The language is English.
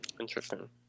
Interesting